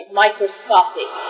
microscopic